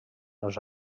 els